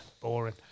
Boring